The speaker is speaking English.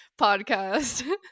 podcast